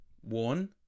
one